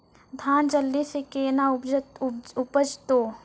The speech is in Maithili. धान जल्दी से के ना उपज तो?